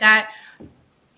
that